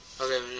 Okay